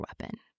weapon